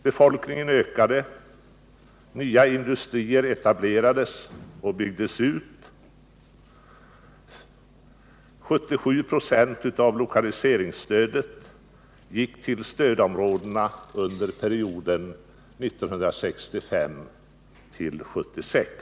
Befolkningen ökade, nya industrier etablerades och byggdes ut och 77 96 av lokaliseringsstödet gick till stödområdena under perioden 1965-1976.